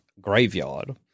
graveyard